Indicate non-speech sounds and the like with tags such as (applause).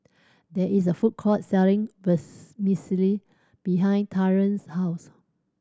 there is a food court selling (unintelligible) behind Tylor's house